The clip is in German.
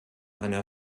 einer